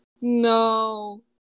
No